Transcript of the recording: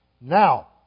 Now